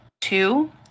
two